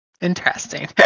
interesting